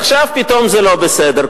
עכשיו פתאום זה לא בסדר.